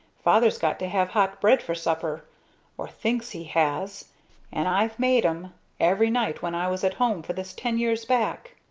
father's got to have hot bread for supper or thinks he has and i've made em every night when i was at home for this ten years back!